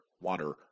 water